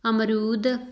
ਅਮਰੂਦ